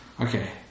okay